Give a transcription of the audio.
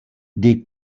des